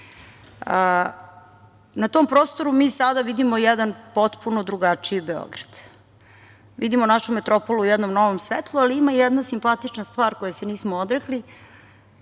Na tom prostoru mi sada vidimo jedan potpuno drugačiji Beograd. Vidimo našu metropolu u jednom novom svetlu, ali ima jedna simpatična stvar koje se nismo odrekli